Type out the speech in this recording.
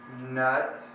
nuts